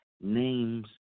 names